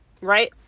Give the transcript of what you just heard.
right